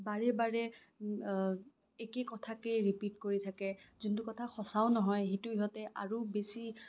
বাৰে বাৰে একেই কথাকে ৰিপিট কৰি থাকে যোনটো কথা সঁচাও নহয় সেইটো সিহঁতে আৰু বেছি